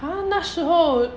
!huh! 那时候